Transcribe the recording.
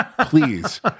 Please